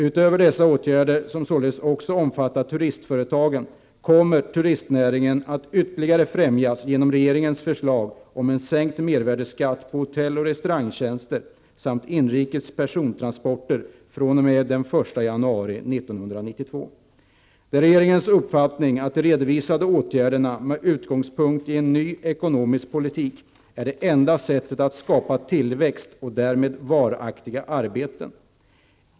Utöver dessa åtgärder, som således också omfattar turistföretagen, kommer turistnäringen att ytterligare främjas genom regeringens förslag om en sänkt mervärdeskatt på hotell och restaurangtjänster samt inrikes persontransporter fr.o.m. 1 januari 1992. Det är regeringens uppfattning att de redovisade åtgärderna med utgångspunkt i en ny ekonomisk politik är det enda sättet att skapa tillväxt och därmed varaktiga arbeten.